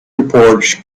reports